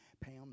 Pam